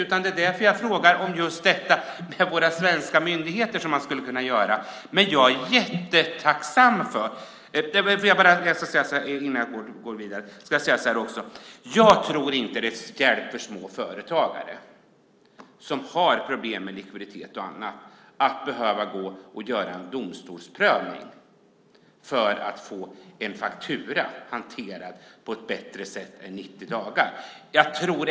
Just därför frågar jag om våra svenska myndigheter och vad som skulle kunna göras, men jag är jättetacksam här. Innan jag går vidare vill jag bara säga att jag inte tror att det hjälper småföretagare som har problem med likviditet och annat att det ska behövas en domstolsprövning för att få en faktura hanterad på ett bättre sätt än de 90 dagarna.